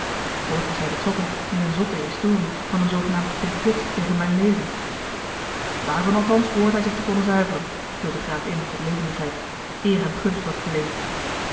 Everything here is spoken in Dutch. voorts was hij betrokken in eene zotte historie van een zoogenaamd complot tegen mijn leven daarvan althans behoort hij zich te konnen zuiveren viel de graaf in met levendigheid eer hem gunst wordt verleend